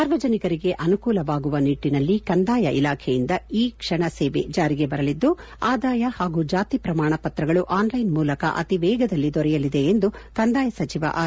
ಸಾರ್ವಜನಿಕರಿಗೆ ಅನುಕೂಲವಾಗುವ ನಿಟ್ಟಿನಲ್ಲಿ ಕಂದಾಯ ಇಲಾಖೆಯಿಂದ ಇ ಕ್ಷಣ ಸೇವೆ ಜಾರಿಗೆ ಬರಲಿದ್ದು ಆದಾಯ ಹಾಗೂ ಜಾತಿ ಪ್ರಮಾಣ ಪತ್ರಗಳು ಆನ್ಲೈನ್ ಮೂಲಕ ಅತಿವೇಗದಲ್ಲಿ ದೊರೆಯಲಿದೆ ಎಂದು ಕಂದಾಯ ಸಚಿವ ಆರ್